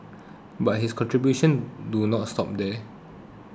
but his contribution do not stop there